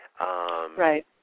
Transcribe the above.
Right